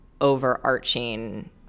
overarching